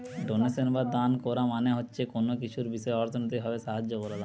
donation বা দান কোরা মানে হচ্ছে কুনো কিছুর বিষয় অর্থনৈতিক ভাবে সাহায্য কোরা